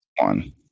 one